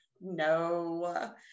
No